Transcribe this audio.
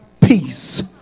peace